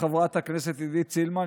לחברת הכנסת עידית סילמן,